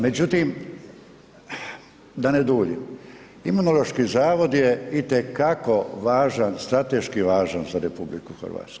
Međutim, da ne duljim, Imunološki zavod je itekako važan, strateški važan za RH.